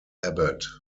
abbott